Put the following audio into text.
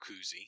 koozie